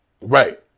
Right